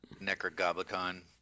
Necrogoblicon